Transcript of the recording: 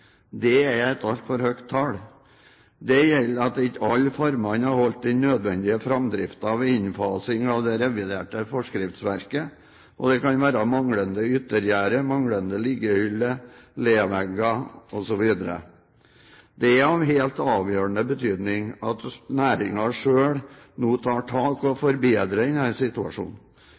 Det er et altfor høyt tall. Dette er på grunn av at ikke alle farmer har holdt den nødvendige framdriften ved innfasing av det reviderte forskriftsverket. Det kan være manglende yttergjerde, manglende liggehylle, levegger osv. Det er av helt avgjørende betydning at næringen selv nå tar tak og forbedrer denne situasjonen.